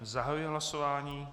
Zahajuji hlasování.